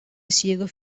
isiru